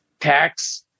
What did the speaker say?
tax